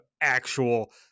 actual